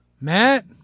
Matt